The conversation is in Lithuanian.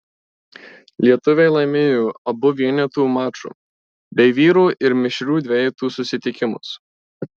lietuviai laimėjo abu vienetų maču bei vyrų ir mišrių dvejetų susitikimus